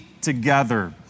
together